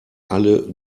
alle